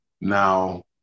Now